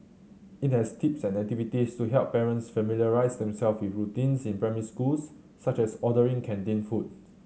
it has tips and activities to help parents familiarise them self with routines in primary schools such as ordering canteen food